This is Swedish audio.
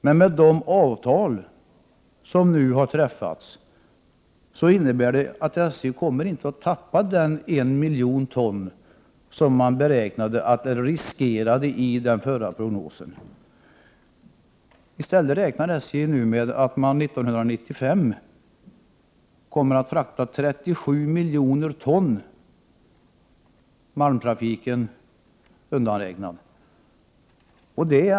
Men i och med de avtal som nu har träffats kommer SJ inte att tappa de 1 miljon ton som man i den förra prognosen beräknade att man riskerade förlora. SJ räknar i stället med att år 1995 frakta 37 milj. ton gods mot nuvarande 30 ton.